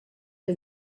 que